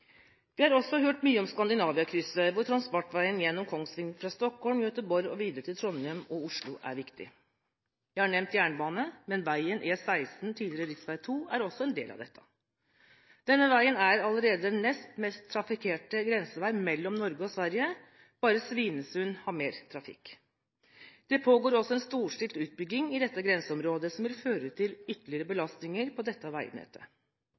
Vi har også hørt mye om «Skandinavia-krysset», hvor transportveien gjennom Kongsvinger fra Stockholm, Gøteborg og videre til Trondheim og Oslo er viktig. Jeg har nevnt jernbane, men veien E16, tidligere rv. 2, er også er en del av dette. Denne veien er allerede den nest mest trafikkerte grenseveien mellom Norge og Sverige. Bare Svinesund har mer trafikk. Det pågår også en storstilt utbygging i dette grenseområdet, som vil føre til ytterligere belastninger på dette veinettet.